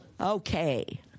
Okay